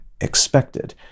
expected